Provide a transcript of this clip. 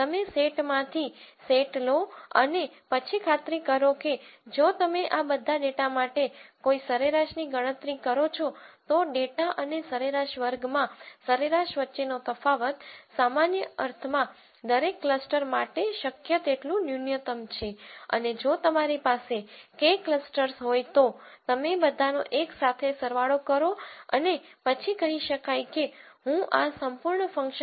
તમે સેટ માંથી સેટ લો અને પછી ખાતરી કરો કે જો તમે આ બધા ડેટા માટે કોઈ સરેરાશની ગણતરી કરો છો તો ડેટા અને સરેરાશ વર્ગમાં સરેરાશ વચ્ચેનો તફાવત સામાન્ય અર્થમાં દરેક ક્લસ્ટર માટે શક્ય તેટલું ન્યૂનતમ છે અને જો તમારી પાસે K ક્લસ્ટર્સ હોય તો તમે બધાનો એક સાથે સરવાળો કરો અને પછી કહી શકાય કે હું આ સંપૂર્ણ ફંકશન માટે ઓછામાં ઓછું ઇચ્છું છું